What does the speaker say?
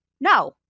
no